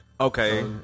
Okay